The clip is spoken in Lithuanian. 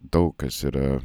daug kas yra